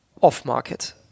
Off-market